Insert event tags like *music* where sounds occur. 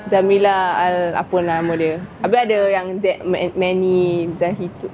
jameela apa nama dia the yang manny *noise*